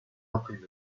imprimer